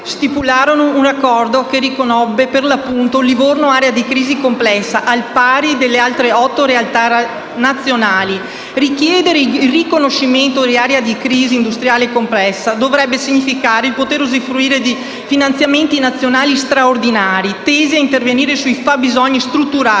stipularono un accordo che riconobbe, per l'appunto, "Livorno area di crisi complessa" al pari di altre otto realtà nazionali. Richiedere il riconoscimento di area di crisi industriale complessa dovrebbe significare il poter usufruire di finanziamenti nazionali straordinari tesi ad intervenire sui fabbisogni strutturali,